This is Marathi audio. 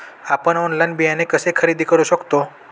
आपण ऑनलाइन बियाणे कसे खरेदी करू शकतो?